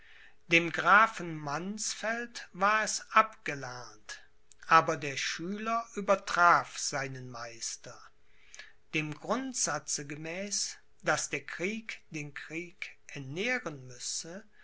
dem grafen mannsfeld war es abgelernt aber der schüler übertraf seinen meister dem grundsatze gemäß daß der krieg den krieg ernähren müsse